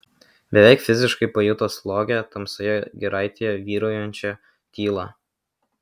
beveik fiziškai pajuto slogią tamsioje giraitėje vyraujančią tylą